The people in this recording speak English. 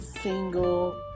single